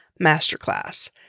masterclass